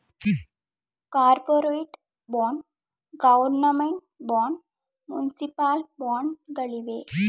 corporate bond, government bond, municipal bond ಗಳಿವೆ